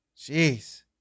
Jeez